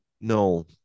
no